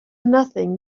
nothing